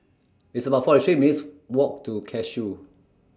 It's about forty three minutes' Walk to Cashew